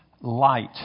light